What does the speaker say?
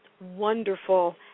wonderful